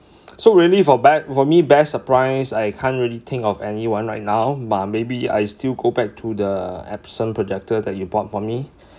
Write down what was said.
so really for be~ for me best surprise I can't really think of any one right now but maybe I still go back to the Epson projector that you bought for me